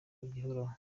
gihoraho